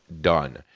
Done